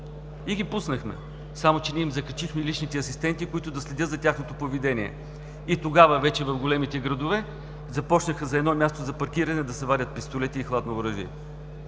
и ги пуснахме. Само че не им закачихме личните асистенти, които да следят за тяхното поведение. И тогава вече в големите градове започнаха за едно място за паркиране да се вадят пистолети и хладно оръжие.